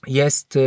jest